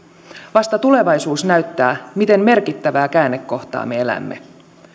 vasta tulevaisuus näyttää miten merkittävää käännekohtaa me elämme